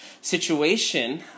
situation